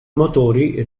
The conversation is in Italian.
motori